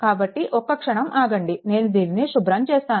కాబట్టి ఒక్క క్షణం ఆగండి నేను దీనిని శుభ్రం చేస్తాను